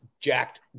jacked